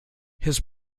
his